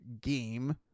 game